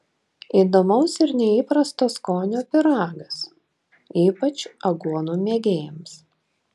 įdomaus ir neįprasto skonio pyragas ypač aguonų mėgėjams